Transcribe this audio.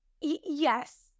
yes